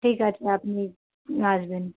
ঠিক আছে আপনি আসবেন